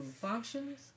functions